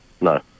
No